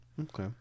Okay